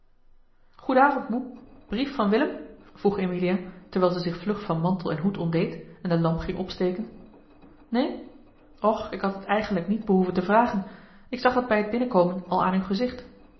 avond moe brief van willem vroeg emilia terwijl ze zich vlug van mantel en hoed ontdeed en de lamp ging opsteken neen och ik had het eigenlijk niet behoeven te vragen ik zag het bij het binnenkomen al aan uw gezicht